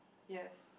yes